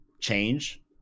change